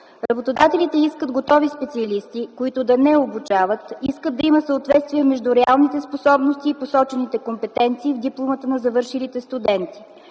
Работодателите искат готови специалисти, които да не обучават, искат да има съответствие между реалните способности и посочените компетенции в дипломите на завършилите студенти.